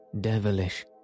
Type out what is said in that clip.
devilish